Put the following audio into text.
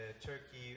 Turkey